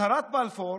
הצהרת בלפור,